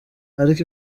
ariko